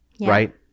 right